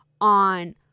on